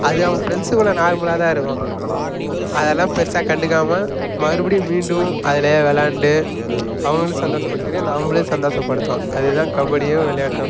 அது அவங்க ஃப்ரெண்ட்ஸுங்கக்குள்ளே நார்மலாக தான் இருக்கும் அதல்லாம் பெருசாக கண்டுக்காமல் மறுபடியும் மீண்டும் அதுலேயே விளையாண்டு அவங்களையும் சந்தோஷப்படுத்திட்டு நாமளும் சந்தோஷப்படுத்துவான் அது தான் கபடியும் விளையாட்டும்